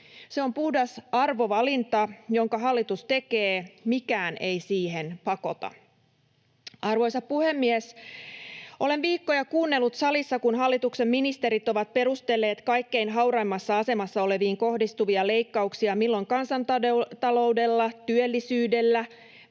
Se on puhdas arvovalinta, jonka hallitus tekee — mikään ei siihen pakota. Arvoisa puhemies! Olen viikkoja kuunnellut salissa, kun hallituksen ministerit ovat perustelleet kaikkein hauraimmassa asemassa oleviin kohdistuvia leikkauksia kansantaloudella, työllisyydellä,